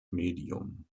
medium